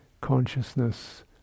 consciousness